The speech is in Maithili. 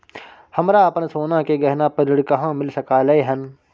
हमरा अपन सोना के गहना पर ऋण कहाॅं मिल सकलय हन?